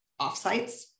offsites